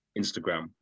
Instagram